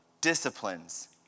disciplines